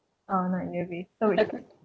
uh not really so it's